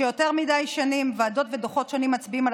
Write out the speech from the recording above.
שיותר מדי שנים ועדות ודוחות שונים מצביעים על